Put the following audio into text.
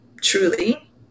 truly